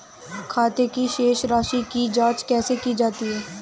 खाते की शेष राशी की जांच कैसे की जाती है?